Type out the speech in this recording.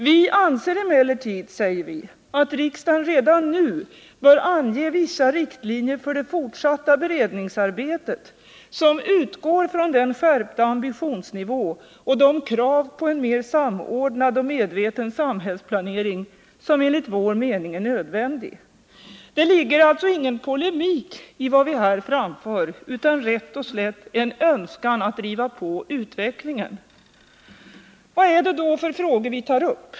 ”Vi anser emellertid”, säger vi, ”att riksdagen redan nu bör ange vissa riktlinjer för det fortsatta beredningsarbetet som utgår från den skärpta ambitionsnivå och de krav på en mer samordnad och medveten samhällsplanering som enligt vår mening är nödvändiga.” Det ligger alltså ingen polemik i vad vi här framför, utan rätt och slätt en önskan att driva på utvecklingen. Vad är det då för frågor vi tar upp?